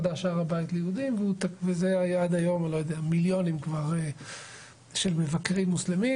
הוא לנהל את המקום הזה שנקרא הר הבית וכל האיזונים שצריכים לשמור